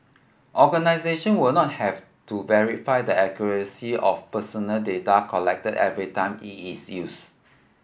organisation will not have to verify the accuracy of personal data collected every time it is used